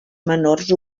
menors